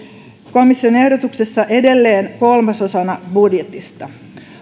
komission ehdotuksessa edelleen kolmasosana budjetista